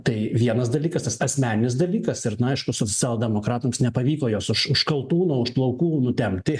tai vienas dalykas tas asmeninis dalykas ir na aišku socialdemokratams nepavyko jos už kaltūno už plaukų nutempti